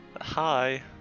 Hi